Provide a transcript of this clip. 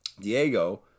Diego